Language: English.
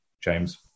James